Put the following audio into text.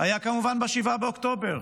היה כמובן ב-7 באוקטובר.